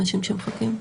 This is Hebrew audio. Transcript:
מחו"ל.